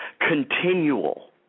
Continual